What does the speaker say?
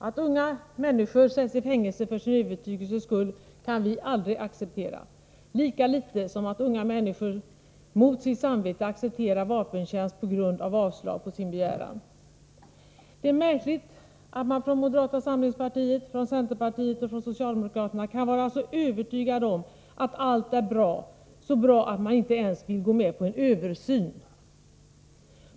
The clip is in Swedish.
Att unga människor sätts i fängelse för sin övertygelses skull kan vi aldrig acceptera, lika litet som att de mot sitt samvete accepterar vapentjänst på grund av avslag på sin begäran. Det är märkligt att man från moderata samlingspartiet, från centerpartiet och från socialdemokraterna kan vara så övertygad om att allt är bra att man inte ens vill gå med på en översyn.